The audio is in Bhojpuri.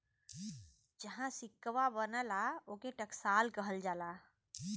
जहाँ सिक्कवा बनला, ओके टकसाल कहल जाला